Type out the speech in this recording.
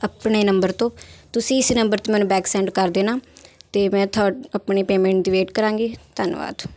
ਆਪਣੇ ਨੰਬਰ ਤੋਂ ਤੁਸੀਂ ਇਸ ਨੰਬਰ 'ਤੇ ਮੈਨੂੰ ਬੈਕ ਸੈਂਡ ਕਰ ਦੇਣਾ ਅਤੇ ਮੈਂ ਥੁ ਆਪਣੀ ਪੇਮੈਂਟ ਦੀ ਵੇਟ ਕਰਾਂਗੀ ਧੰਨਵਾਦ